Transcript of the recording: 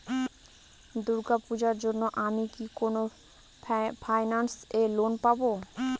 দূর্গা পূজোর জন্য আমি কি কোন ফাইন্যান্স এ লোন পাবো?